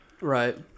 right